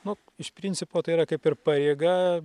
nu iš principo tai yra kaip ir pareiga